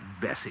Bessie